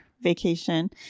vacation